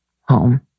home